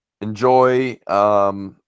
Enjoy